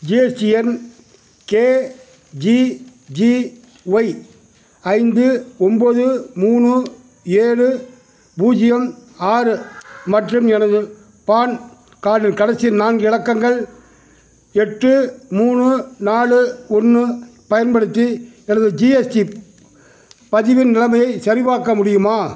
GSTN KGGY ஐந்து ஒம்பது மூணு ஏழு பூஜ்ஜியம் ஆறு மற்றும் எனது பான் கார்டின் கடைசி நான்கு இலக்கங்கள் எட்டு மூணு நாலு ஒன்று பயன்படுத்தி எனது ஜிஎஸ்டி பதிவின் நிலைமையைச் சரிபார்க்க முடியுமா